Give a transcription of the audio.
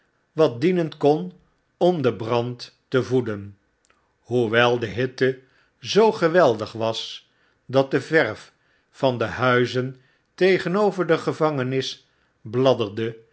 wat dienen kon om den brand te voeden hoewel de hitte zoo geweldig was dat de verf van de huizeiv tegenover de gevangenis bladderde en afschilferde de